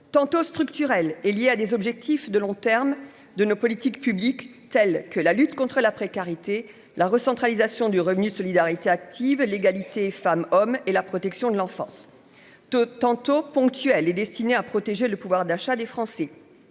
tantôt structurelle et liée à des objectifs de long terme de nos politiques publiques telles que la lutte contre la précarité, la recentralisation du Revenu de Solidarité Active l'égalité femmes-hommes et la protection de l'enfance, tantôt ponctuelle et destinée à protéger le pouvoir d'achat des Français